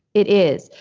it is.